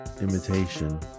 imitation